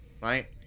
right